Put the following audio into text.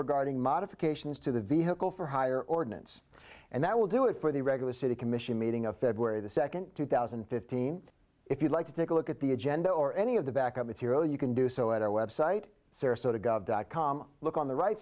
regarding modifications to the vehicle for higher ordinance and that will do it for the regular city commission meeting of february the second two thousand and fifteen if you'd like to take a look at the agenda or any of the back up its hero you can do so at our website sarasota gov dot com look on the right